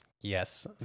Yes